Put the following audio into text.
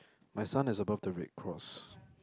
my sun is above the red cross